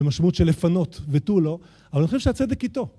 במשמעות שלפנות ותו לא, אבל אני חושב שהצדק איתו.